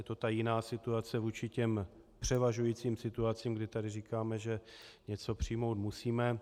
Je to ta jiná situace vůči těm převažujícím situacím, kdy tady říkáme, že něco přijmout musíme.